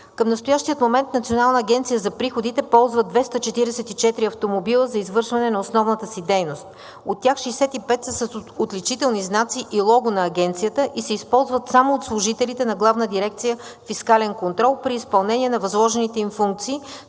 към настоящия момент Националната агенция за приходите ползва 244 автомобила за извършване на основната си дейност. От тях 65 са с отличителни знаци и лого на Агенцията и се използват само от служителите на Главна дирекция „Фискален контрол“ при изпълнение на възложените им функции,